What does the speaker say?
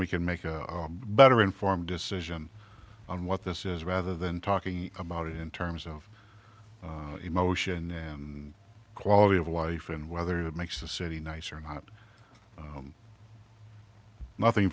we can make a better informed decision on what this is rather than talking about it in terms of emotion and quality of life and whether it makes the city nice or not nothing